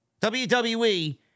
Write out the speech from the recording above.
WWE